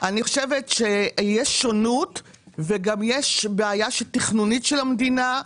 אני חושבת שיש שונות וגם יש בעיה תכנונית של המדינה.